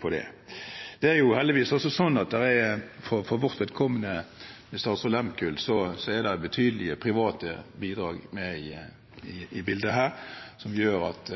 på det. Det er for vårt vedkommende heldigvis sånn at for «Statsraad Lehmkuhl» er det betydelige private bidrag med i bildet her, som gjør at